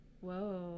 Whoa